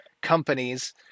companies